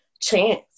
chance